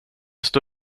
stå